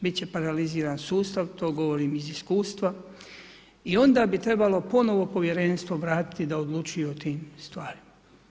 Biti će paraliziran sustav, to govorim iz iskustva i onda bi trebalo ponovno povjerenstvo vratiti da odlučuju o tim stvarima.